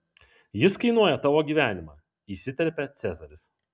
jis kainuoja tavo gyvenimą įsiterpia cezaris